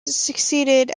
succeeded